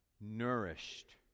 nourished